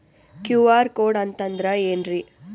QR code ಅಂತಂದ್ರ ಏನ್ರೀ?